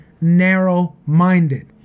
narrow-minded